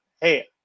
Hey